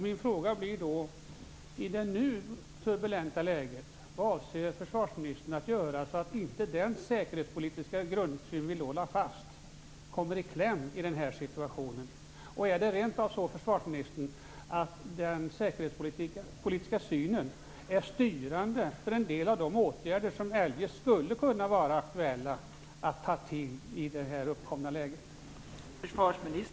Min fråga blir då: Vad avser försvarsministern göra i det nu turbulenta läget så att inte den säkerhetspolitiska grundsyn vi då lade fast kommer i kläm i den här situationen? Är det rent av så, försvarsministern, att den säkerhetspolitiska synen är styrande för en del av de åtgärder som eljest skulle kunna vara aktuella att ta till i det uppkomna läget?